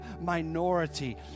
minority